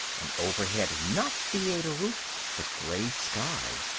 and overhead not theater roof but gray sky.